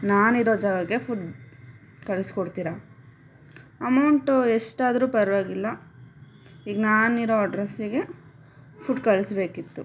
ನಾನು ಇರೋ ಜಾಗಕ್ಕೆ ಫುಡ್ ಕಳಿಸ್ಕೊಡ್ತೀರಾ ಅಮೌಂಟು ಎಷ್ಟಾದರೂ ಪರ್ವಾಗಿಲ್ಲ ಈಗ ನಾನು ಇರೋ ಅಡ್ರಸ್ಸಿಗೆ ಫುಡ್ ಕಳಿಸ್ಬೇಕಿತ್ತು